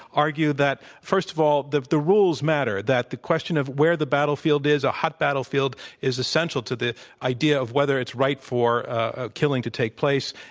argue that, first of all, the the rules matter, that the question of where the battlefield is, a hot battlefield, is essential to this the idea of whether it's right for ah killing to take place,